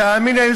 תאמין לי,